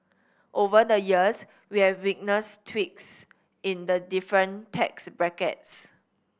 over the years we have witnessed tweaks in the different tax brackets